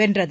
வென்றது